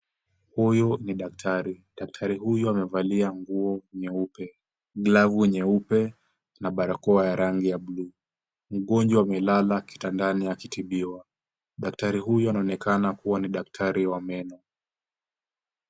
Huyu ni daktari. Daktari huyu amevalia nguo nyeupe, glavu nyeupe na barakoa ya rangi ya blue . Mgonjwa amelala kitandani akitibiwa. Daktari huyu anaonekana kuwa ni daktari wa meno.